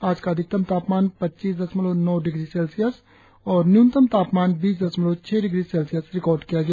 आज का अधिकतम तापमान पचीस दशमलव नौ डिग्री सेल्सियस और न्यूनतम तापमान बीस दशमलव छह डिग्री सेल्सियस रिकार्ड किया गया